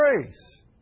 grace